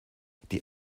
die